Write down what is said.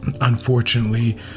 unfortunately